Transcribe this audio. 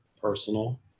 personal